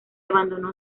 abandonó